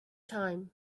time